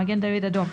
מגן דוד אדום,